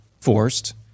forced